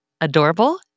adorable